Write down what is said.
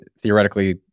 theoretically